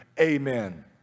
Amen